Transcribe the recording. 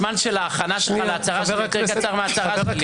הזמן של ההכנה שלך להצהרה שלי יותר ארוך מההצהרה שלי.